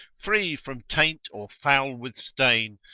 free from taint or foul with stain,